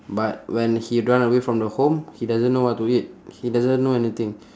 but when he run away from the home he doesn't know what to eat he doesn't know anything